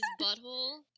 butthole